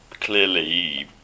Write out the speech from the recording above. Clearly